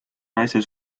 naise